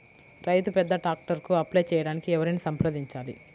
రైతు పెద్ద ట్రాక్టర్కు అప్లై చేయడానికి ఎవరిని సంప్రదించాలి?